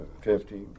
Fifty